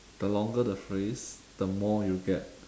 the longer the phrase the more you get